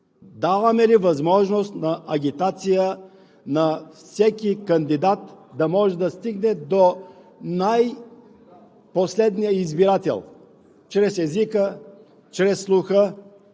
Даваме ли възможност за агитация на всеки кандидат – да може да стигне до най-последния избирател чрез езика, чрез слуха,